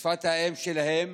בשפת האם שלהם